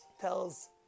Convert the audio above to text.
tells